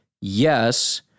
Yes